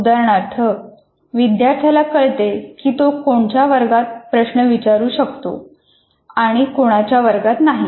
उदाहरणार्थ विद्यार्थ्याला कळते की तो कोणाच्या वर्गात प्रश्न विचारू शकतो आणि कोणाच्या वर्गात नाही